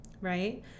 right